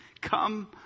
Come